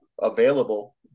available